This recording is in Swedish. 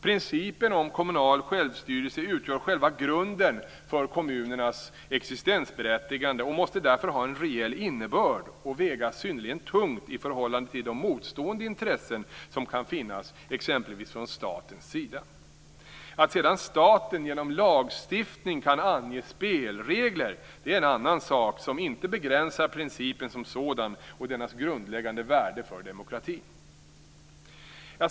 Principen om kommunal självstyrelse utgör själva grunden för kommunernas existensberättigande och måste därför ha en reell innebörd och väga synnerligen tungt i förhållande till de motstående intressen som kan finnas, exempelvis från statens sida. Att sedan staten genom lagstiftning kan ange spelregler är en annan sak som inte begränsar principen som sådan och dennas grundläggande värde för demokratin.